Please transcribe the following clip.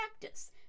practice